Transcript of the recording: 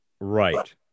Right